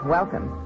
Welcome